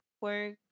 work